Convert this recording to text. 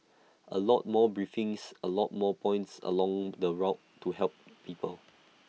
A lot more briefings A lot more points along the rot to help people